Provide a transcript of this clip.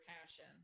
passion